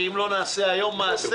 כי אם לא נעשה היום מעשה,